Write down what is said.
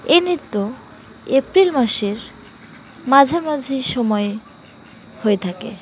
এই নৃত্য এপ্রিল মাসের মাঝামাঝি সময় হয়ে থাকে